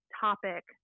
topic